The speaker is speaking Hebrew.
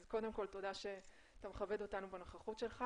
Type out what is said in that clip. אז קודם כל תודה שאתה מכבד אותנו בנוכחות שלך